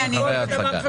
הייתה ועדה